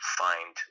find